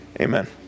Amen